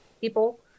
people